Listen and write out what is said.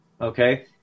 okay